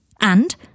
And